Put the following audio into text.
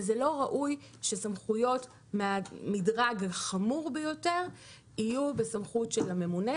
וזה לא ראוי שסמכויות מהמדרג החמור ביותר יהיו בסמכות של הממונה.